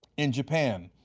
in japan,